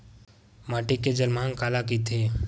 माटी के जलमांग काला कइथे?